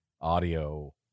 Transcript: audio